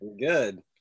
Good